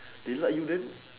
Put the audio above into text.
they like you then